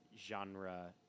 genre